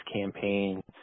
campaign